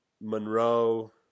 Monroe